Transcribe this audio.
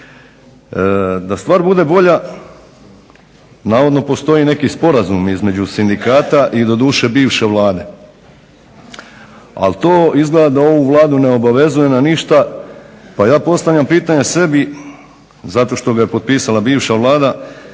Da stvar bude bolja navodno postoji neki sporazum između sindikata i doduše bivše Vlade, ali to izgleda da ovu Vladu ne obavezuje na ništa pa ja postavljam pitanje sebi, zato što ga je potpisala bivša Vlada,